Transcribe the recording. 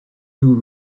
new